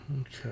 Okay